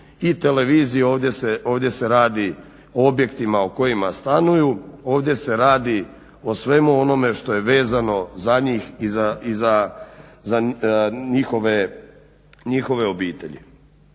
i televiziji, ovdje se radi o objektima u kojima stanuju, ovdje se radi o svemu onome što je vezano za njih i za njihove obitelji.